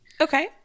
Okay